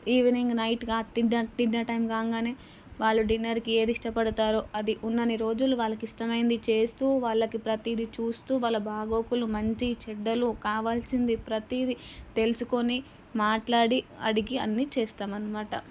evening night dinner dinner time కాగానే వాళ్ళు డిన్నర్కి ఏదిష్టపడతారో అది ఉన్నన్ని రోజులు వాళ్ళకి ఇష్టమైనది చేస్తూ వాళ్ళకి ప్రతీది చూస్తూ వాళ్ళ బాగోగులు మంచి చెడ్డలు కావాల్సింది ప్రతీది తెలుసుకొని మాట్లాడి అడిగి అన్నీ చేస్తానని మాట